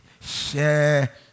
Share